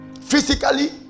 physically